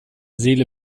seele